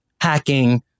hacking